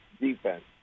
defense